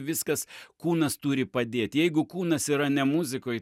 viskas kūnas turi padėt jeigu kūnas yra ne muzikoj